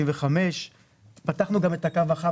1,675. פתחנו גם את ה"קו החם",